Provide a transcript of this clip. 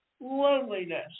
loneliness